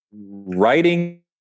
writing